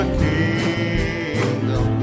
kingdom